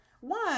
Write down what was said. One